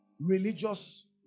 religious